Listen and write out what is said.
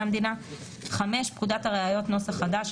המדינה; (5)פקודת הראיות [נוסח חדש],